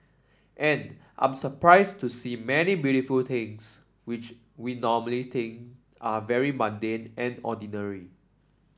and I'm surprised to see many beautiful things which we normally think are very mundane and ordinary